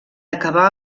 acabar